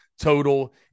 total